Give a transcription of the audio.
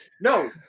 no